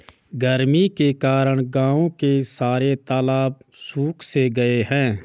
गर्मी के कारण गांव के सारे तालाब सुख से गए हैं